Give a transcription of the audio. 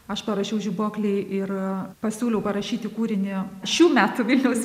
aš parašiau žibuoklei ir pasiūliau parašyti kūrinį šių metų vilniaus